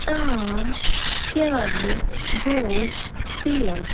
تام کیٛازِ گوٚو فیل